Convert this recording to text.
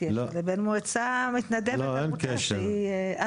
יש"ע לבין מועצה מתנדבת עמותה שהיא - לא,